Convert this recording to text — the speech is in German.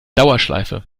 dauerschleife